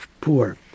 poor